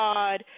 God